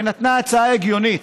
ונתנה הצעה הגיונית,